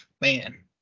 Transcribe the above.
man